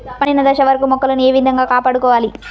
పండిన దశ వరకు మొక్కలను ఏ విధంగా కాపాడుకోవాలి?